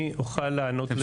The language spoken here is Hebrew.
אני אוכל לענות לך אדוני.